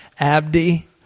Abdi